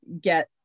get